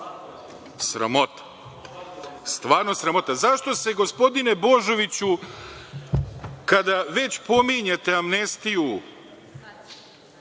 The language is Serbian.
Sramota! Stvarno sramota.Zašto se, gospodine Božoviću, kada već pominjete amnestiju